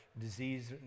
disease